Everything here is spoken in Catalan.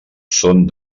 són